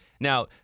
Now